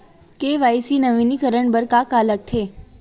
KYC नवीनीकरण बर का का लगथे?